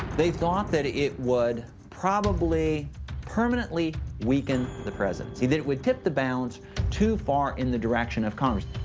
they thought that it would probably permanently weaken the presidency, that it would tip the balance too far in the direction of congress.